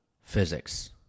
physics